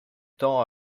temps